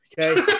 okay